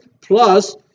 plus